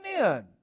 Amen